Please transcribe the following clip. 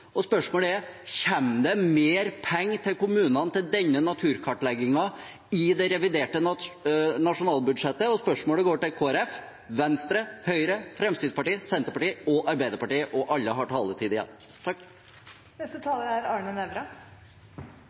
Spørsmålet er: Kommer det mer penger til kommunene til denne naturkartleggingen i det reviderte nasjonalbudsjettet? Spørsmålet går til Kristelig Folkeparti, Venstre, Høyre, Fremskrittspartiet, Senterpartiet og Arbeiderpartiet. Alle har taletid igjen.